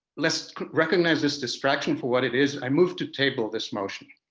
let's recognize this distraction for what it is. i move to table this motion.